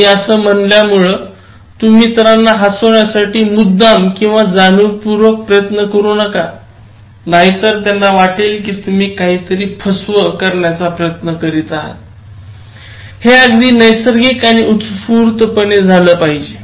मी असं म्हणल्यामुळे तुम्ही इतरांना हसवण्यासाठी मुद्दाम किंवा जाणीवपूर्वक प्रयत्न करू नका नाहीतर त्यांना वाटेल की तुम्ही काहीतरी फसवं करण्याचा प्रयत्न करीत आहात हे अगदी नैसर्गिक आणि उत्स्फूर्तपणे झालं पाहिजे